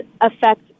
affect